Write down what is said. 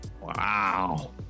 Wow